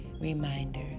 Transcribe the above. reminder